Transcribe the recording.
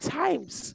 times